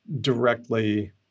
directly